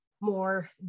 more